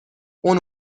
اون